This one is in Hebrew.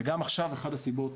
וגם עכשיו אחת הסיבות